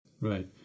Right